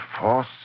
force